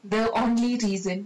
the only reason